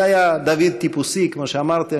זה היה דוד טיפוסי, כמו שאמרתי.